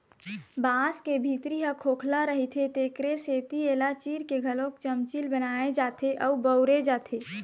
बांस के भीतरी ह खोखला रहिथे तेखरे सेती एला चीर के घलोक चमचील बनाए जाथे अउ बउरे जाथे